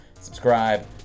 subscribe